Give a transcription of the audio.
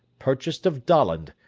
purchased of dollond,